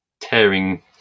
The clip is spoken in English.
tearing